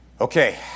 Okay